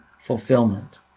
fulfillment